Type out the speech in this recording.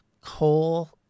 coal